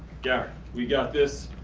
gary we got this.